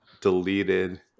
deleted